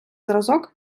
зразок